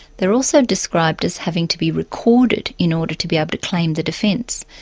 they're also described as having to be recorded in order to be able to claim the defence,